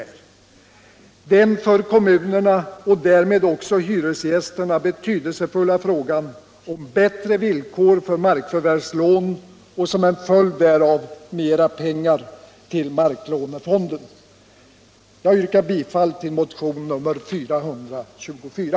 Det gäller den för kommunerna och därmed också för hyresgästerna betydelsefulla frågan om bättre villkor för markförvärvslån och som en följd därav mera pengar till marklånefonden. Jag yrkar bifall till motionen 424.